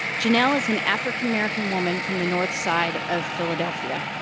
janelle is an african american woman from the north side ofphiladelphia.